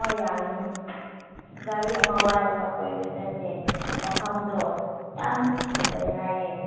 ꯍꯣꯏ ꯌꯥꯒꯅꯤ ꯒꯥꯔꯤ ꯑꯃ ꯋꯥꯏꯔꯒ ꯀꯣꯏꯕ ꯆꯠꯁꯦ ꯃꯐꯝꯗꯣ ꯌꯥꯝ ꯐꯖꯩ ꯍꯥꯏꯌꯦ